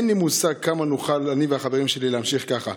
אין לי מושג כמה נוכל אני והחברים שלי להמשיך ככה,